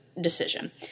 decision